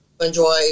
enjoy